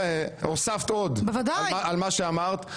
מסתבר שהוספת עוד על מה שאמרת.